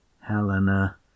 helena